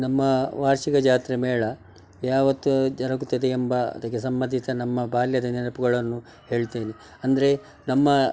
ನಮ್ಮ ವಾರ್ಷಿಕ ಜಾತ್ರೆ ಮೇಳ ಯಾವತ್ತು ಜರಗುತ್ತದೆ ಎಂಬ ಅದಕ್ಕೆ ಸಂಬಂಧಿಸಿದ ನಮ್ಮ ಬಾಲ್ಯದ ನೆನಪುಗಳನ್ನು ಹೇಳ್ತೇನೆ ಅಂದರೆ ನಮ್ಮ